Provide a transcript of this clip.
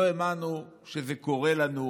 לא האמנו שזה קורה לנו,